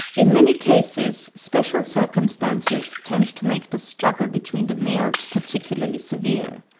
in many cases special circumstances tend to make the struggle between the males particularly severe.